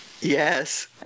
yes